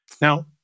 Now